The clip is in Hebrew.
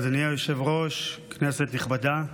אדוני היושב-ראש, כנסת נכבדה,